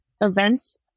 events